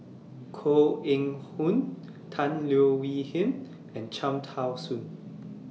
Koh Eng Hoon Tan Leo Wee Hin and Cham Tao Soon